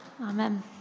Amen